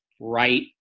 right